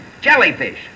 Jellyfish